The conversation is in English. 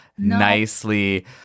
Nicely